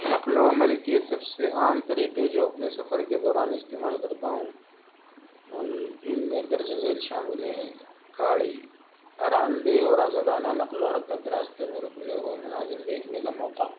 نقل و حمل کے سب سے عام طریقے جو اپنے سفر کے دوران استعمال کرتا ہوں ان ان میں درجِ ذیل شامل ہیں گاڑی آرام دہ اور آزادانہ نقل و حرکت راستے میں رکنے و مناظر دیکھنے کا موقع